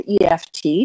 EFT